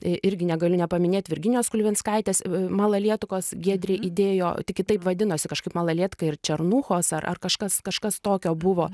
i irgi negaliu nepaminėt virginijos kulvinskaitės malalietkos giedrė įdėjo tik kitaip vadinosi kažkaip malalietka ir černuchos ar kažkas kažkas tokio buvo